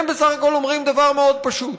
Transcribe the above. הם בסך הכול אומרים דבר מאוד פשוט: